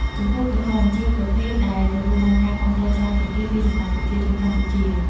ជម្ពូក្រហម ជាប្រភេទដែលទទួលបានការគាំទ្រច្រើនជាងគេពីសំណាក់ប្រជាជនកម្ពុជា។